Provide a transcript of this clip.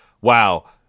wow